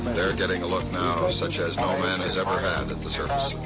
um they're getting a look now such as no man has ever had at the surface.